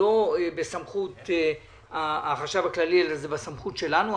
דבר שהוא לא בסמכות החשב הכללי אלא בסמכות שלנו.